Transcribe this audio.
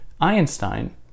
Einstein